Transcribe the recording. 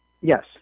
Yes